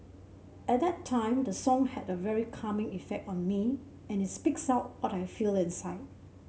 at that time the song had a very calming effect on me and it speaks out what I feel inside